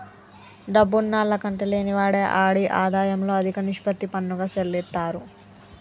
డబ్బున్నాల్ల కంటే లేనివాడే ఆడి ఆదాయంలో అదిక నిష్పత్తి పన్నుగా సెల్లిత్తారు